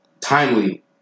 timely